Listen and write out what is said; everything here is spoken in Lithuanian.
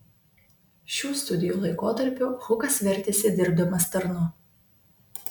šių studijų laikotarpiu hukas vertėsi dirbdamas tarnu